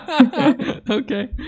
okay